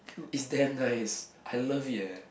is damn nice I love it eh